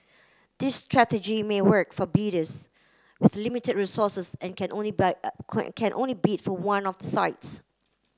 this strategy may work for bidders with limited resources and can only bide can only bid for one of sites